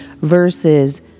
versus